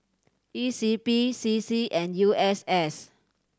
E C P C C and U S S